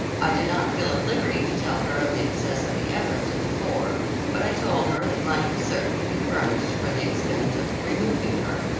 i did not feel at liberty to tell her of the success of the efforts of the four but i told her that money was certain to be furnished for the expense of removing her,